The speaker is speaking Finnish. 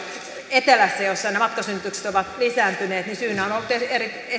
etelässä missä ne matkasynnytykset ovat lisääntyneet syynä on ollut